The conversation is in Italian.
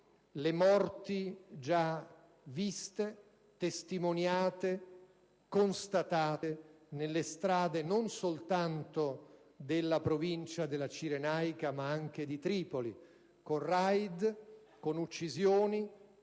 le morti già viste, testimoniate, constatate nelle strade, non soltanto della provincia della Cirenaica, ma anche di Tripoli, con *raid*, uccisioni,